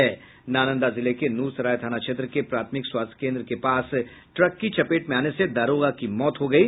नालंदा जिले के नूरसराय थाना क्षेत्र के प्राथमिक स्वास्थ्य केंद्र के पास ट्रक की चपेट में आने से दारोगा की मौत हो गयी